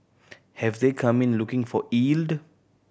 have they come in looking for yield